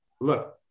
look